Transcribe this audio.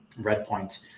Redpoint